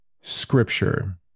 scripture